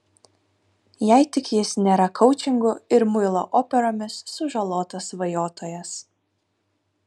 jei tik jis nėra koučingu ir muilo operomis sužalotas svajotojas